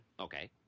Okay